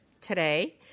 today